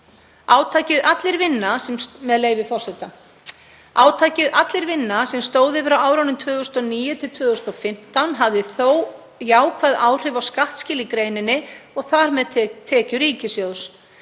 Átakið Allir vinna, sem stóð yfir á árunum 2009–2015, hafði jákvæð áhrif á skattaskil í greininni og þar með tekjur ríkissjóðs